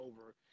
over